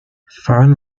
foreign